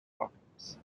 problems